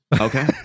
Okay